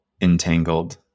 entangled